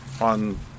on